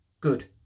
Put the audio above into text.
good